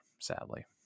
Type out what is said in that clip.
sadly